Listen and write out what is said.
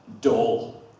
dull